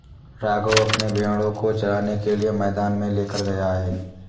राघव अपने भेड़ों को चराने के लिए मैदान में लेकर गया है